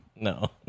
No